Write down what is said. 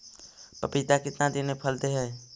पपीता कितना दिन मे फल दे हय?